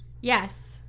yes